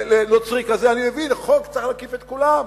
לנוצרי כזה, אני מבין, חוק צריך להקיף את כולם.